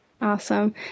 Awesome